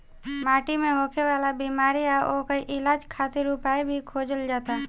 माटी मे होखे वाला बिमारी आ ओकर इलाज खातिर उपाय भी खोजल जाता